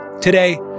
Today